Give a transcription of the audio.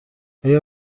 آیا